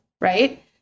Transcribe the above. right